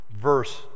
verse